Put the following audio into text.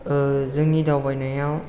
जोंनि दावबायनायाव